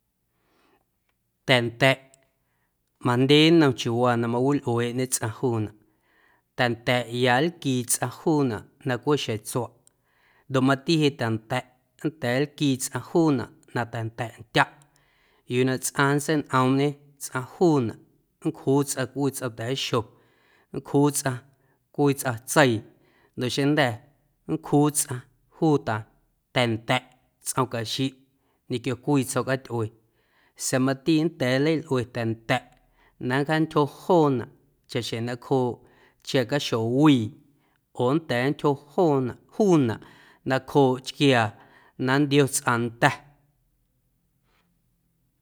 Ta̱nda̱ꞌ majndye nnom chiuuwaa na mawilꞌueeꞌñe tsꞌaⁿ juunaꞌ, ta̱nda̱ꞌ ya nlquii tsꞌaⁿ juunaꞌ na cweꞌ xjeⁿtsuaꞌ ndoꞌ mati jeꞌ ta̱nda̱ꞌ nnda̱a̱ nlquii tsꞌaⁿ juunaꞌ na ta̱nda̱ꞌndyaꞌ yuu na tsꞌaⁿ nntseiñꞌoomꞌñe tsꞌaⁿ juunaꞌ nncjuu tsꞌaⁿ cwii tsꞌom ta̱a̱xo, nncjuu tsꞌaⁿ cwii tsꞌatseii ndoꞌ xeⁿjnda̱ nncjuu tsꞌaⁿ juu ta ta̱nda̱ꞌ tsꞌom caxiꞌ ñequio cwii tsjo̱ꞌcatyꞌuee mati nnda̱a̱ nleilꞌue ta̱nda̱ꞌ na nncjaantyjo joonaꞌ chaꞌxjeⁿ nacjooꞌ chquiaacaxo wii oo nnda̱a̱ ntyjo joonaꞌ juunaꞌ nacjooꞌ chquiaa na nntio tsꞌaⁿ nda̱.